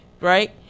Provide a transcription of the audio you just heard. right